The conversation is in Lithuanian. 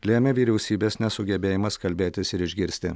lėmė vyriausybės nesugebėjimas kalbėtis ir išgirsti